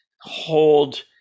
hold